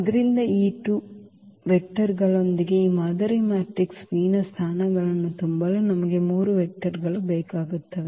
ಆದ್ದರಿಂದ ಈ 2 ವೆಕ್ಟರ್ಗಳೊಂದಿಗೆ ಈ ಮಾದರಿ ಮ್ಯಾಟ್ರಿಕ್ಸ್ Pನ ಸ್ಥಾನಗಳನ್ನು ತುಂಬಲು ನಮಗೆ 3 ವೆಕ್ಟರ್ಗಳು ಬೇಕಾಗುತ್ತವೆ